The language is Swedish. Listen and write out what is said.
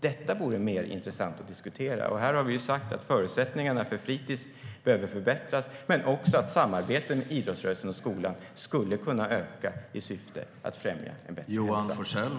Det vore mer intressant att diskutera, och här har vi sagt att förutsättningarna för fritis behöver förbättras men också att samarbetet mellan idrottsrörelsen och skolan skulle kunna öka i syfte att främja en bättre hälsa.